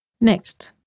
Next